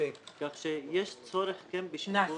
כך שיש צורך בשיפור.